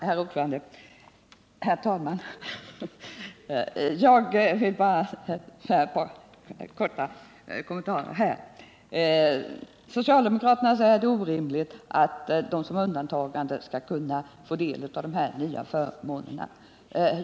Herr talman! Jag vill bara göra ett par korta kommentarer. Socialdemokraterna säger att det är orimligt att de som har ett undantagande skall kunna få del av de nya förmånerna.